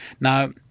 Now